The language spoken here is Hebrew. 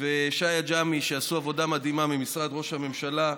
ושי עג'מי, שעשו עבודה מדהימה, ממשרד ראש הממשלה.